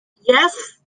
yes